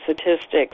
statistics